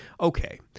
Okay